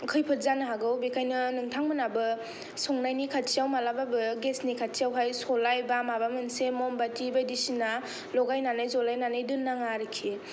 खैफोद जानो हागौ बेखायनो नोंथां मोनहाबो संनायनि खाथिआव मालाबाबो गेसनि खाथिआव हाय सलाइ बा माबा मोनसे म'म बाथि बायदि सिना लगायनानै जलायनानै दोननाङा आरोखि